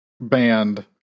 band